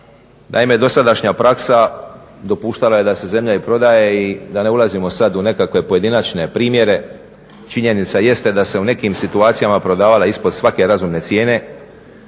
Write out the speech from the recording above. Naime dosadašnja praksa dopuštala je da se zemlja prodaje i da ne ulazimo sad u nekakve pojedinačne primjere činjenica jeste da se u nekim situacijama prodavala ispod svake razumne cijene